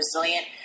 resilient